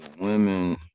women